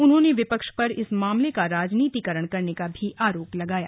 उन्होंने विपक्ष पर इस मामले का राजनीतिकरण करने का आरोप लगाया